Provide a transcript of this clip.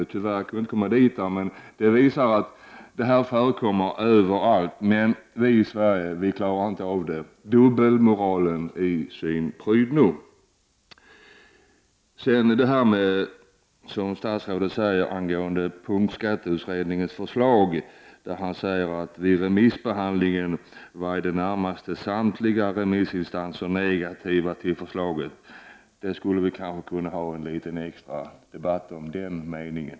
Tyvärr kunde jag inte komma dit, men det här visar att sådan verksamhet förekommer överallt. Vi i Sverige klarar dock inte av det. Det är dubbelmoralen i sin prydno. Angående punktskatteutredningens förslag säger statsrådet att vid remissbehandlingen var i det närmaste samtliga remissinstanser negativa till förslaget. Detta skulle vi kanske kunna ha en liten extra debatt om.